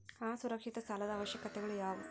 ಅಸುರಕ್ಷಿತ ಸಾಲದ ಅವಶ್ಯಕತೆಗಳ ಯಾವು